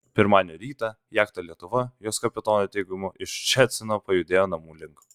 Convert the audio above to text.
pirmadienio rytą jachta lietuva jos kapitono teigimu iš ščecino pajudėjo namų link